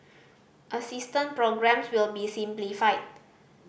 assistance programmes will be simplified